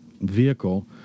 vehicle